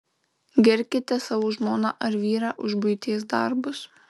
girkite savo žmoną ar vyrą už buities darbus